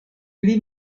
pli